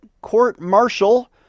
court-martial